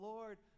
Lord